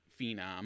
phenom